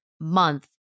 month